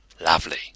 Lovely